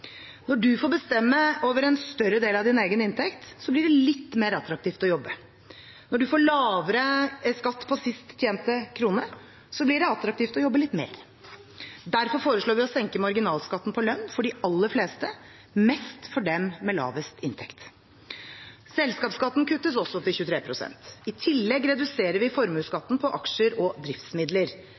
Når man får bestemme over en større del av sin egen inntekt, blir det litt mer attraktivt å jobbe. Når man får lavere skatt på sist tjente krone, blir det attraktivt å jobbe litt mer. Derfor foreslår vi å senke marginalskatten på lønn for de aller fleste og mest for dem med lavest inntekt. Selskapsskatten kuttes også til 23 pst. I tillegg reduserer vi formuesskatten på aksjer og driftsmidler.